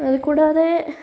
അത് കൂടാതെ